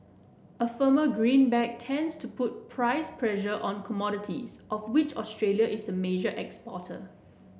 a firmer greenback tends to put price pressure on commodities of which Australia is a major exporter